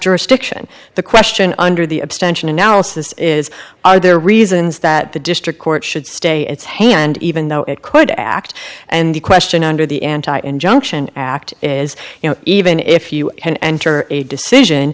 jurisdiction the question under the abstention analysis is are there reasons that the district court should stay its hand even though it could act and the question under the anti injunction act is you know even if you and a decision